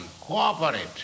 cooperate